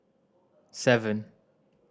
seven